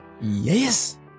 Yes